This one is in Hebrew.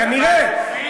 כנראה,